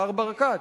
מר ברקת,